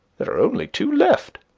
there are only two left.